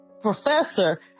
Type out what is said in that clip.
professor